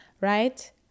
right